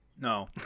No